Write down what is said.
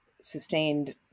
sustained